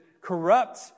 corrupt